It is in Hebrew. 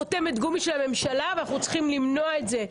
לחותמת גומי של הממשלה ואנחנו צריכים למנוע את זה.